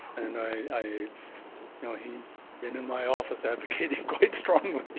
and i you know he's been in my office advocating quite strongly,